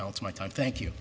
balance my time thank you